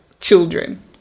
Children